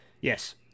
yes